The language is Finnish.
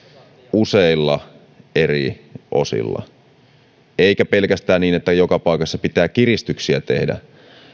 useissa eri osissa eikä pelkästään niin että joka paikassa pitää kiristyksiä tehdä